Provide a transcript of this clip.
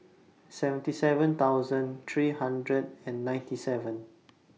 seventy seven thousand three hundred and ninety seven